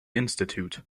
institute